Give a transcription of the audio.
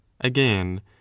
again